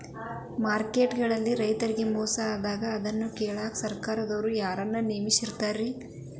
Market ಗಳಲ್ಲಿ ರೈತರಿಗೆ ಮೋಸ ಆದಾಗ ಅದನ್ನ ಕೇಳಾಕ್ ಸರಕಾರದವರು ಯಾರನ್ನಾ ನೇಮಿಸಿರ್ತಾರಿ?